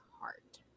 heart